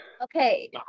Okay